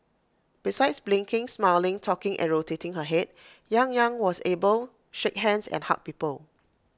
besides blinking smiling talking and rotating her Head yang Yang was able shake hands and hug people